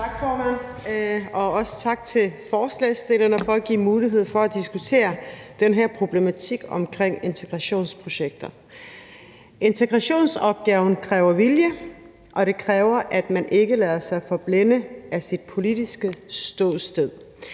Tak, formand, og også tak til forslagsstillerne for at give mulighed for at diskutere den her problematik omkring integrationsprojekter. Integrationsopgaven kræver vilje, og det kræver, at man ikke lader sig forblinde af sit politiske ståsted.